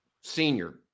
senior